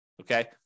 okay